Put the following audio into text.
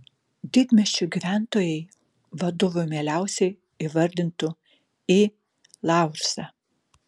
didmiesčių gyventojai vadovu mieliausiai įvardintų i laursą